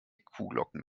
kuhglocken